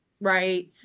Right